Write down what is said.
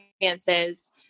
experiences